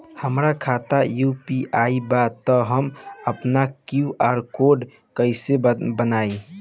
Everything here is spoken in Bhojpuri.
हमार खाता यू.पी.आई बा त हम आपन क्यू.आर कोड कैसे बनाई?